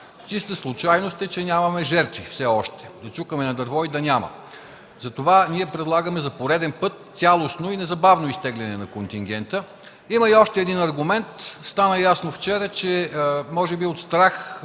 Чиста случайност е, че нямаме жертви все още. Да чукаме на дърво, да няма. Затова ние предлагаме за пореден път цялостно и незабавно изтегляне на контингента. Има и още един аргумент. Вчера стана ясно, че може би от страх